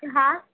હા